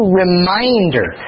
reminder